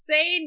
Say